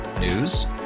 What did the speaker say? News